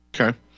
Okay